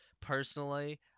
personally